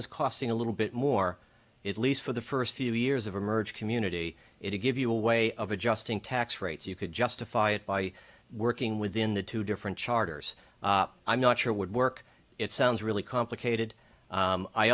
is costing a little bit more it least for the first few years of a merge community it a give you a way of adjusting tax rates you could justify it by working within the two different charters i'm not sure would work it sounds really complicated